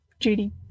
Judy